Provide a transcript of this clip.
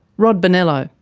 rod bonello.